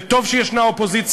וטוב שיש אופוזיציה,